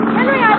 Henry